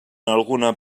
alguna